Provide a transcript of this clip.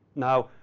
now,